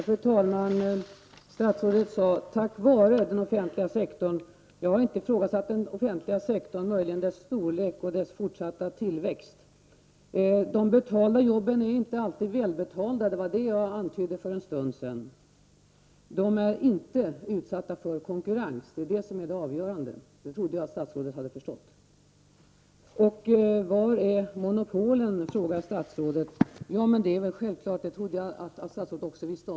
Fru talman! Statsrådet sade: Tack vare den offentliga sektorn. Jag har inte ifrågasatt den offentliga sektorn, möjligen dess storlek och dess fortsatta tillväxt. De betalda jobben är inte alltid välbetalda, det var detta jag antydde för en stund sedan. Det avgörande är att de inte är utsatta för konkurrens, det trodde jag att statsrådet hade förstått. Var finns monopolen, frågar statsrådet. Det är väl självklart, och det trodde jag att statsrådet också kände till.